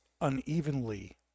unevenly